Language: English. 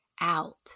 out